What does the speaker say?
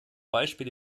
beispiel